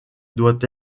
doit